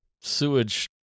sewage